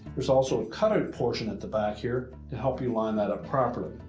there's also a covered portion at the back here to help you line that up properly.